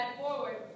forward